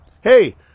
hey